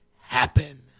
happen